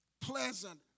pleasant